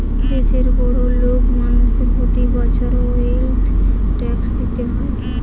দেশের বড়োলোক মানুষদের প্রতি বছর ওয়েলথ ট্যাক্স দিতে হয়